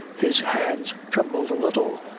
his hands trembled a little.